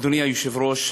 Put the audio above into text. אדוני היושב-ראש,